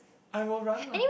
I will run lah